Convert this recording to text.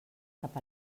cap